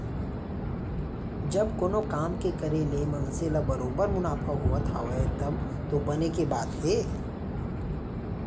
जब कोनो काम के करे ले मनसे ल बरोबर मुनाफा होवत हावय तब तो बने के बात हे